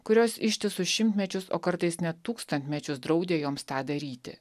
kurios ištisus šimtmečius o kartais net tūkstantmečius draudė joms tą daryti